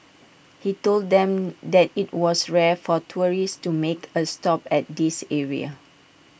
he told them that IT was rare for tourists to make A stop at this area